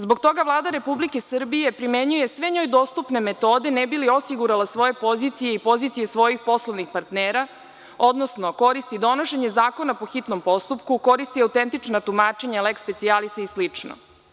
Zbog toga Vlada Republike Srbije primenjuje sve njoj dostupne metode ne bi li osigurala svoje pozicije i pozicije svojih poslovnih partnera, odnosno koristi donošenje zakona po hitnom postupku, koristi autentična tumačenja leks specijalisa i slično.